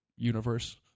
Universe